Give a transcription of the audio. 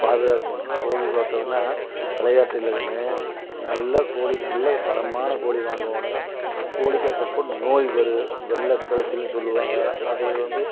பாதுகாக்கணும் கோழி வளர்த்துறதுன்னா விளையாட்டு இல்லை கண்ணு நல்ல கோழி நல்ல தரமான கோழி வாங்கணும் கோழிக்கு அப்பப்போ நோய் வரும் வெள்ளை கழிச்சின்னு சொல்லுவாங்க அது வந்து